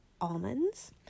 almonds